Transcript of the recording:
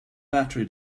battery